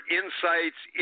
insights